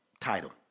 title